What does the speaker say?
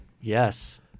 Yes